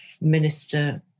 minister